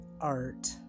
art